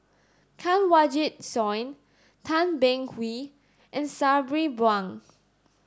Kanwaljit Soin Tan Beng Swee and Sabri Buang